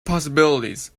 possibilities